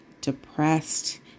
depressed